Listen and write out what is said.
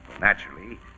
Naturally